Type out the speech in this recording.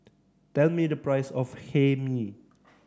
tell me the price of Hae Mee